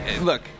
Look